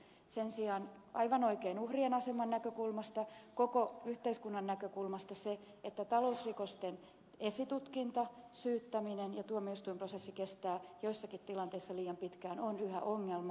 sen sijaan aivan oikein uhrien aseman näkökulmasta koko yhteiskunnan näkökulmasta se että talousrikosten esitutkinta syyttäminen ja tuomioistuinprosessi kestävät joissakin tilanteissa liian pitkään on yhä ongelma